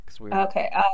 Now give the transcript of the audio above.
Okay